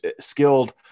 skilled